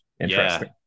interesting